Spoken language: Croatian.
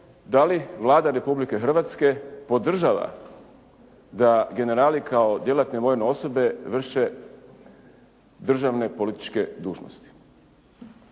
da li Vlada Republike Hrvatske podržava da generali kao djelatne vojne osobe vrše državne političke dužnosti.